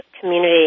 Community